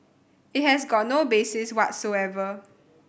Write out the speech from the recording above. it has got no basis whatsoever